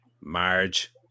Marge